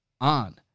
on